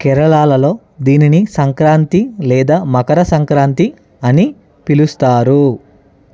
కేరళలోలో దీనిని సంక్రాంతి లేదా మకర సంక్రాంతి అని పిలుస్తారు